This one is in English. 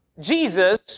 Jesus